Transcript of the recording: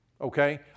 Okay